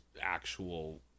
actual